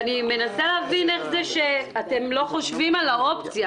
ואני מנסה להבין איך זה שאתם לא חושבים על האופציה